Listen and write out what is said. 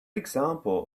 example